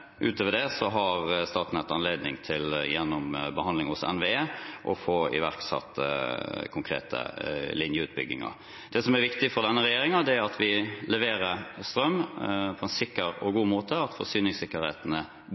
Utover det har Statnett anledning til gjennom behandling hos NVE å få iverksatt konkrete linjeutbygginger. Det som er viktig for denne regjeringen, er at vi leverer strøm på en sikker og god måte, at forsyningssikkerheten er